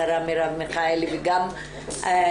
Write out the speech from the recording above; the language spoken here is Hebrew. השרה מרב מיכאלי וגם